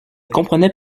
comprenaient